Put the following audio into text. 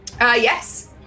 Yes